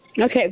Okay